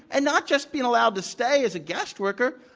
and not just be allowed to stay as a guest worker.